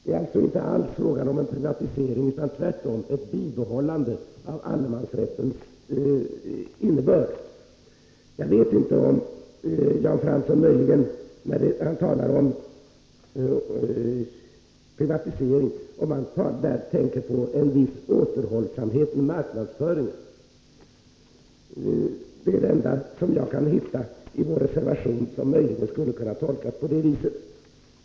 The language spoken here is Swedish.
Det är alltså inte alls fråga om en privatisering utan tvärtom ett bibehållande av allemansrättens innebörd. Jag vet inte om Jan Fransson möjligen, när han talar om privatisering, tänker på en viss återhållsamhet i marknadsföringen. Det är det enda som jag kan hitta i vår reservation som möjligen skulle kunna tolkas på det viset.